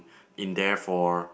in there for